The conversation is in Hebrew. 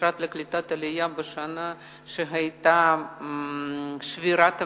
המשרד לקליטת העלייה בשנה שהיתה שבירת המגמה,